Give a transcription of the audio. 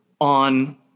on